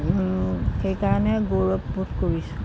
সেইকাৰণে গৌৰৱবোধ কৰিছোঁ